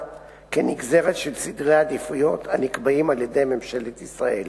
כנגזרת של סדרי עדיפויות הנקבעים על-ידי ממשלת ישראל.